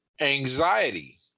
anxiety